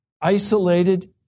isolated